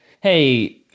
hey